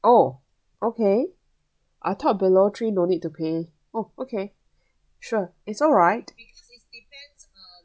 oh okay I thought below three no need to pay oh okay sure it's all right